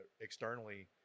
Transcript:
externally